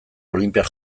olinpiar